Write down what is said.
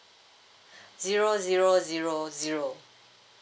zero zero zero zero